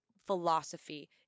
philosophy